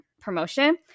promotion